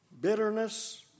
bitterness